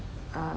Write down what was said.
uh